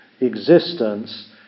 existence